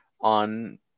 on